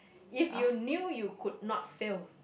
if you knew you could not failed